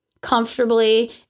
comfortably